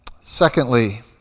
Secondly